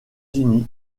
unis